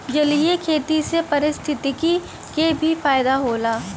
जलीय खेती से पारिस्थितिकी के भी फायदा होला